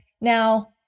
Now